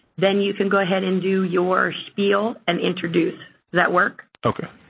then you can go ahead and do your spiel and introduce. does that work? okay.